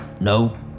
No